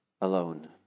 alone